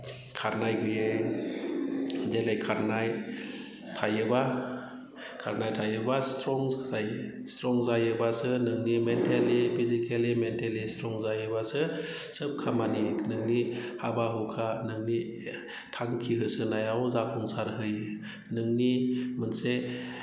खारनाय गैयै डेलि खारनाय थायोब्ला खारनाय थायोब्ला स्ट्रं जायो स्ट्रं जायोब्लासो नोंनि मेन्टेलि फिजिकेलि मेन्टेलि स्ट्रं जायोब्लासो सोब खामानि नोंनि हाबा हुखा नोंनि थांखि होसोनायाव जाफुंसारहोयो नोंनि मोनसे